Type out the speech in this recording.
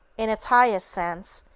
in its highest sense,